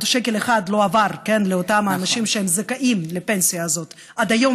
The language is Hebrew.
שקל אחד עוד לא עבר לאותם האנשים שהם זכאים לפנסיה הזאת עד היום,